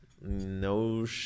No